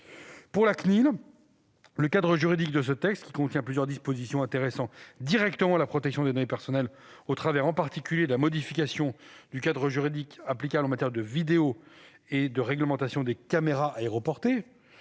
Pour la CNIL, le cadre juridique de ce texte, qui contient plusieurs dispositions intéressant directement la protection des données personnelles au travers, en particulier, de la modification du cadre juridique applicable en matière de vidéo et de la réglementation des caméras aéroportées,